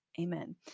amen